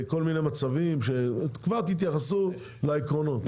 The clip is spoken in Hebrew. תתייחסו לעקרונות כבר.